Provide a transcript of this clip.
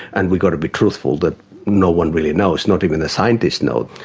and we've got to be truthful, that no one really knows, not even the scientists know.